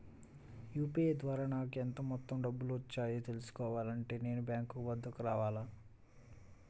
UPI ద్వారా నాకు ఎంత మొత్తం డబ్బులు వచ్చాయో తెలుసుకోవాలి అంటే నేను బ్యాంక్ వద్దకు రావాలా?